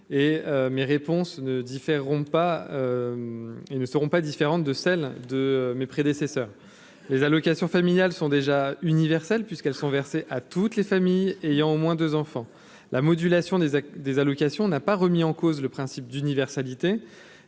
et mes réponses ne diffère pas et ne seront pas différente de celle de mes prédécesseurs, les allocations familiales sont déjà universel puisqu'elles sont versées à toutes les familles ayant au moins 2 enfants, la modulation des des allocations n'a pas remis en cause le principe d'universalité,